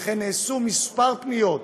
לכן נעשו כמה פניות,